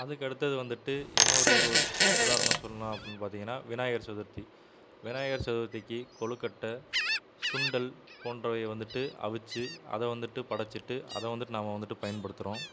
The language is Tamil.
அதுக்கு அடுத்தது வந்துட்டு இன்னொரு ஒரு உதாரணம் சொன்னால் அப்புடினு பார்த்திங்கன்னா விநாயகர் சதுர்த்தி விநாயகர் சதுர்த்திக்கு கொழுக்கட்டை சுண்டல் போன்றவைையை வந்துட்டு அவிச்சு அதை வந்துட்டு படைச்சிட்டு அதை வந்துட்டு நாம் வந்துட்டு பயன்படுத்துகிறோம்